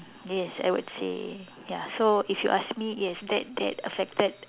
yes I would say ya so if you ask me yes that that affected